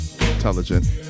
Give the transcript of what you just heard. intelligent